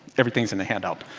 everything's in the hand um